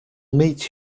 meet